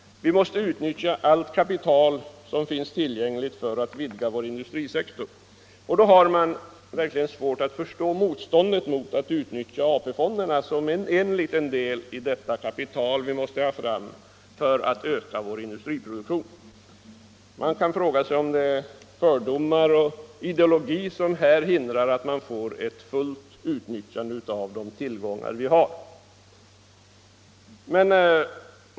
Vi måste utnyttja allt kapital som finns tillgängligt för att vidga vår industrisektor. Då har man verkligen svårt att förstå motståndet mot att utnyttja AP-fonderna som en liten del av det kapital vi måste få fram för att öka vår industriproduktion. Man kan fråga sig om det är fördomar och ideologi som hindrar ett fullt utnyttjande av de tillgångar som finns.